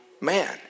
man